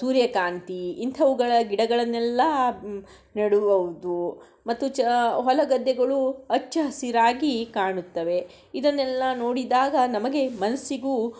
ಸೂರ್ಯಕಾಂತಿ ಇಂಥವುಗಳ ಗಿಡಗಳನ್ನೆಲ್ಲ ನೆಡಬಹುದು ಮತ್ತು ಚ ಹೊಲ ಗದ್ದೆಗಳು ಹಚ್ಚ ಹಸಿರಾಗಿ ಕಾಣುತ್ತವೆ ಇದನ್ನೆಲ್ಲ ನೋಡಿದಾಗ ನಮಗೆ ಮನಸ್ಸಿಗೂ